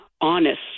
honest